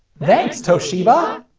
thanks, toshiba!